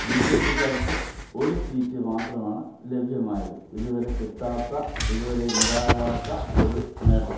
B ജെ പിക്കാർക്ക് ഒര് സീറ്റ് മാത്രമാണ് ലഭ്യമായത് ഇതുവരെ കിട്ടാത്ത ഇതുവരെ ഉണ്ടാകാത്ത ഒരു നേട്ടം